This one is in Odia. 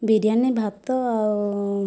ବିରିୟାନୀ ଭାତ ଆଉ